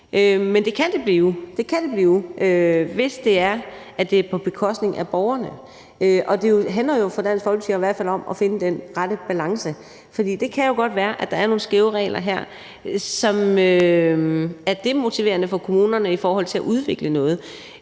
Det kan det blive, hvis det er, at det er på bekostning af borgerne, og det handler jo for Dansk Folkeparti i hvert fald om at finde den rette balance. For det kan jo godt være, at der her er nogle skæve regler, som er demotiverende for kommunerne i forhold til at udvikle noget,